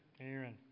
Aaron